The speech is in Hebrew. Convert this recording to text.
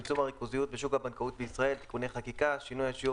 הריכוזיות בשוק הבנקאות בישראל (תיקוני חקיקה) (שינוי השיעור